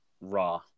Raw